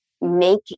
make